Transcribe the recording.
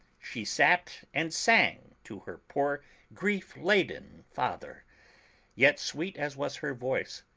she sat and sang to her poor grief-laden father yet, sweet as was her voice,